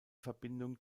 verbindung